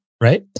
Right